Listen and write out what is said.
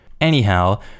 Anyhow